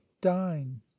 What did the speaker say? dine